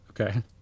Okay